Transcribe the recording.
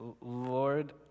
Lord